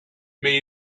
mais